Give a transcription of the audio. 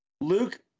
Luke